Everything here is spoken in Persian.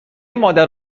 مادر